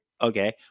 Okay